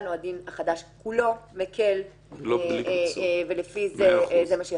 או דין החדש כולו מקל ולפי זה יחילו.